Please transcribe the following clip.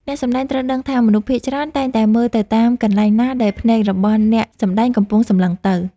អ្នកសម្តែងត្រូវដឹងថាមនុស្សភាគច្រើនតែងតែមើលទៅតាមកន្លែងណាដែលភ្នែករបស់អ្នកសម្តែងកំពុងសម្លឹងទៅ។